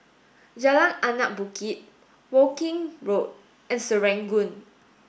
Jalan Anak Bukit Woking Road and Serangoon